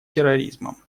терроризмом